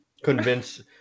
convince